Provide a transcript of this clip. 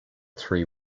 three